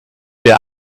der